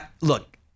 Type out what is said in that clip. Look